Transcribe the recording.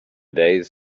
days